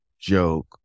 joke